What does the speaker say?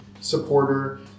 supporter